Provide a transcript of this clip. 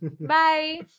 Bye